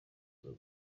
guma